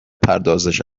پردازش